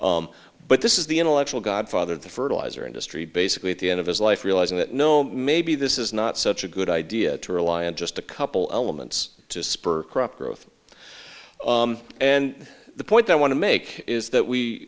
but this is the intellectual godfather the fertilizer industry basically at the end of his life realizing that no maybe this is not such a good idea to rely on just a couple of months to spur crop growth and the point i want to make is that we